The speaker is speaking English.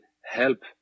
help